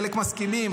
חלק מסכימים,